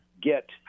get